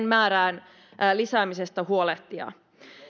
määrän lisäämisestä huolehtia